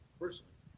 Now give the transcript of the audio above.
personally